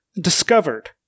discovered